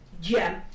gem